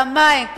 פעמיים,